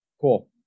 cool